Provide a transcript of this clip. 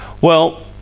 Well